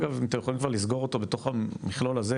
אגב אתם יכולים כבר לסגור אותו בתוך המכלול הזה,